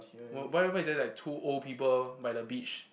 wha~ why why is there like two old people by the beach